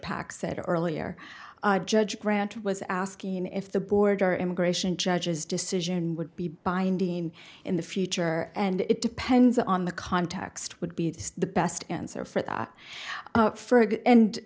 pak said earlier judge grant was asking if the border immigration judge's decision would be binding in the future and it depends on the context would be the best answer for that ferg and